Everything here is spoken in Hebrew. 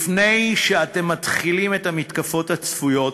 לפני שאתם מתחילים את המתקפות הצפויות,